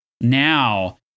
now